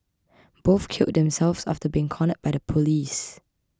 both killed themselves after being cornered by the police